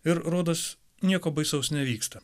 ir rodos nieko baisaus nevyksta